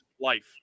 life